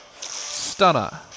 Stunner